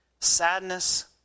sadness